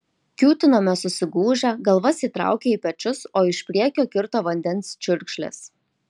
kiūtinome susigūžę galvas įtraukę į pečius o iš priekio kirto vandens čiurkšlės